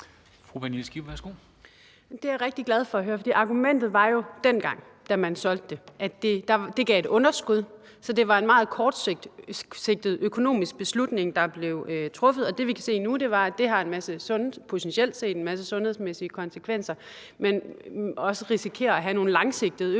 Det er jeg rigtig glad for at høre, for argumentet var jo dengang, da man solgte det, at det gav et underskud. Så det var en meget kortsigtet økonomisk beslutning, der blev truffet, og det, vi kan se nu, er, at det potentielt set har en masse sundhedsmæssige konsekvenser og også risikerer at have nogle langsigtede økonomiske konsekvenser,